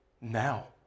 now